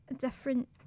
different